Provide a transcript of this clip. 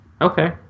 Okay